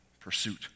pursuit